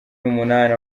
numunani